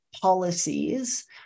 policies